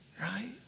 right